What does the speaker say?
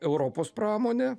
europos pramonė